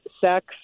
sex